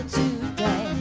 today